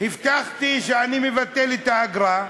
הבטחתי שאני מבטל את האגרה.